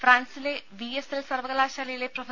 ഫ്രാൻസിലെ V S L സർവകലാശാലയിലെ പ്രെഫ